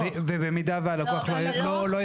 ובמידה והלקוח לא, לא יסכים?